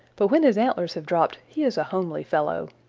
but when his antlers have dropped he is a homely fellow.